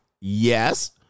yes